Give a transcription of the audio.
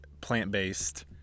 plant-based